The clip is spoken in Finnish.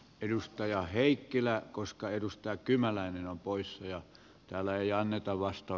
edustaja heikkilää koska edustaa kymäläinen on poissa ja täällä ei anneta vastaa